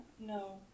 No